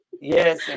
Yes